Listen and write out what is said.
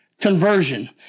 conversion